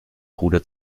bruder